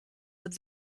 but